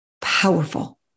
powerful